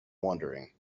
wondering